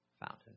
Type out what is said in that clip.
fountain